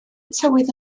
tywydd